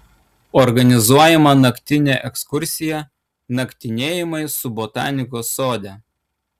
organizuojama naktinė ekskursija naktinėjimai su botanikos sode